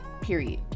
period